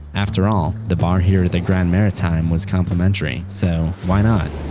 afterall, the bar here at the grand maritime was complimentary, so why not?